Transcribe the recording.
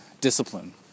Discipline